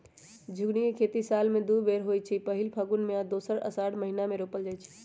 झिगुनी के खेती साल में दू बेर होइ छइ पहिल फगुन में आऽ दोसर असाढ़ महिना मे रोपल जाइ छइ